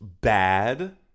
bad